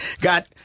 got